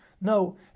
No